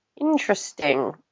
Interesting